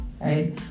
right